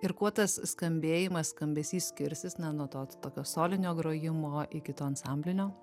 ir kuo tas skambėjimas skambesys skirsis na nuo to tokio solinio grojimo iki to ansamblinio